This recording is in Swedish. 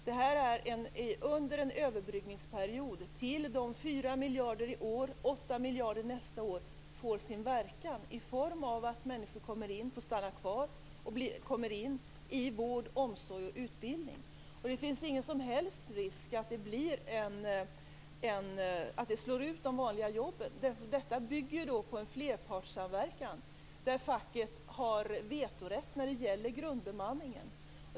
Det här gäller under en övergångsperiod, tills de 4 miljarderna i år och de 8 miljarderna nästa år får verkan i form av att människor kommer in och får stanna kvar i vård, omsorg och utbildning. Det finns ingen som helst risk för att det slår ut de vanliga jobben. Detta bygger på en flerpartssamverkan där facket har vetorätt när det gäller grundbemanningen.